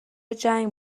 جنگ